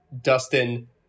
dustin